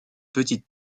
petite